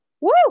woo